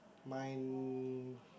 mine